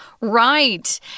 Right